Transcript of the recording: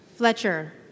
Fletcher